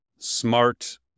smart